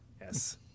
Yes